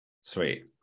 Sweet